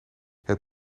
het